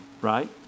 Right